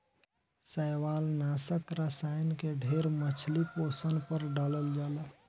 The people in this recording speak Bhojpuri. शैवालनाशक रसायन के ढेर मछली पोसला पर डालल जाला